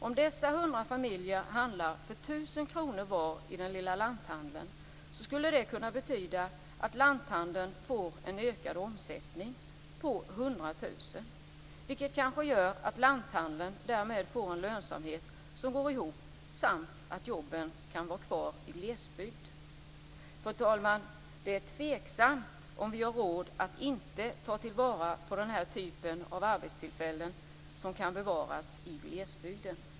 Om dessa 100 familjer handlar för 1 000 kr var i den lilla lanthandeln skulle det kunna betyda att lanthandeln får en ökad omsättning på 100 000 kr. Det kanske gör att lanthandeln därmed får en lönsamhet samt att jobben kan vara kvar i glesbygd. Fru talman! Det är tveksamt om vi har råd att inte ta till vara den här typen av arbetstillfällen som kan bevaras i glesbygden.